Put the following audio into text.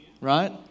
Right